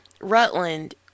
Rutland